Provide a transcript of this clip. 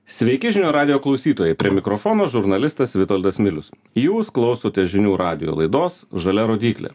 sveiki žinių radijo klausytojai prie mikrofono žurnalistas vitoldas milius jūs klausote žinių radijo laidos žalia rodyklė